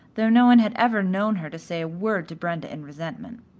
though no one had ever known her to say a word to brenda in resentment.